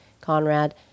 Conrad